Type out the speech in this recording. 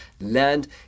land